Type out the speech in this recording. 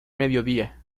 mediodía